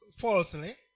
falsely